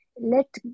let